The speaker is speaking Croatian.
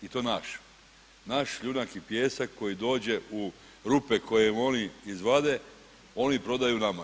I to naš, naš šljunak i pijesak koji dođe u rupe koje im oni izvade, oni prodaju nama.